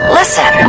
Listen